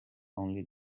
only